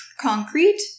concrete